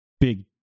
big